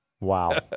Wow